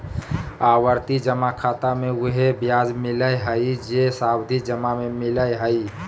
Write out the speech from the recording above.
आवर्ती जमा खाता मे उहे ब्याज मिलय हइ जे सावधि जमा में मिलय हइ